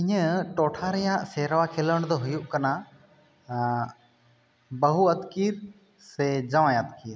ᱤᱧᱟᱹᱜ ᱴᱚᱴᱷᱟ ᱨᱮᱭᱟᱜ ᱥᱮᱨᱣᱟ ᱠᱷᱮᱞᱳᱰ ᱫᱚ ᱦᱩᱭᱩᱜ ᱠᱟᱱᱟ ᱵᱟᱹᱦᱩ ᱟᱹᱛᱠᱤᱨ ᱥᱮ ᱡᱟᱶᱟᱭ ᱟᱹᱛᱠᱤᱨ